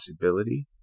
possibility